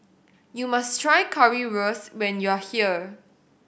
you must try Currywurst when you are here